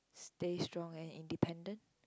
stay strong and independent